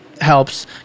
helps